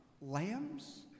lambs